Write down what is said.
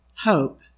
Hope